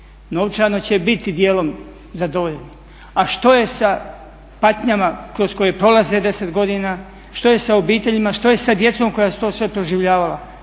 Novčano će biti dijelom zadovoljeni, a što je sa patnjama kroz koje prolaze 10 godina, što je sa obiteljima, što je sa djecom koja su to sve proživljavala?